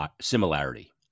similarity